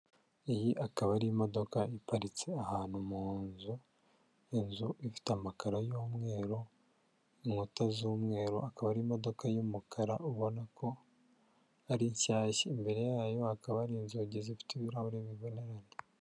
Iyi ikaba ari imodoka iparitse ahantu mu nzu, inzu ifite amakara y'umweru inkuta z'umweru akaba ari imodoka y'umukara ubona ko ari shyashya. Imbere yayo hakaba hari inzugi zifite ibirahure bibonerana.